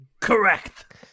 Correct